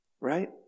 Right